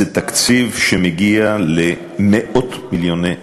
זה תקציב שמגיע למאות מיליוני שקלים.